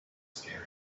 scary